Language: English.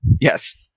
Yes